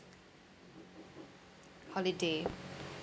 holiday